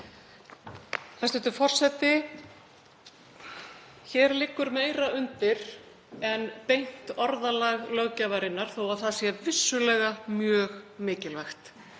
Hæstv. forseti. Hér liggur meira undir en beint orðalag löggjafarinnar þó að það sé vissulega mjög mikilvægt.